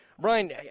Brian